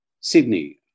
Sydney